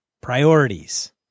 Priorities